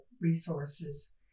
resources